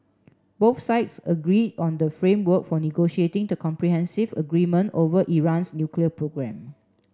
both sides agree on the framework for negotiating the comprehensive agreement over Iran's nuclear programme